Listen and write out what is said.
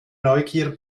neugier